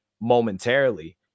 momentarily